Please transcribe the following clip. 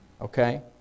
okay